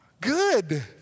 Good